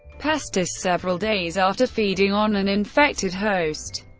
pestis several days after feeding on an infected host.